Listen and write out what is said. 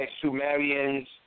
Sumerians